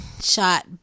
shot